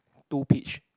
two peach